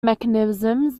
mechanisms